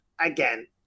again